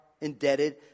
indebted